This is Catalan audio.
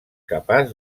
capaç